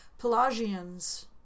Pelagians